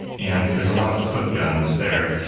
and there's a lot of foot guns there.